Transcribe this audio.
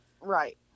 right